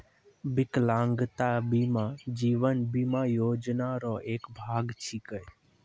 बिकलांगता बीमा जीवन बीमा योजना रो एक भाग छिकै